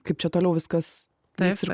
kaip čia toliau viskas taip